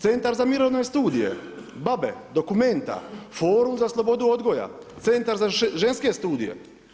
Centar za mirovine studije, BaBe, Documenta, Forum za slobodu odgoja, Centar za ženske studije.